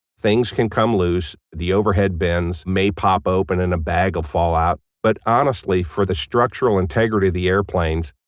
things can come loose. the overhead bins may pop open and a bag will fall out. but honestly, for the structural integrity of the airplanes,